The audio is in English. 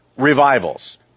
Revivals